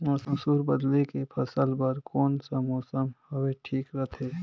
मसुर बदले के फसल बार कोन सा मौसम हवे ठीक रथे?